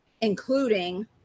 including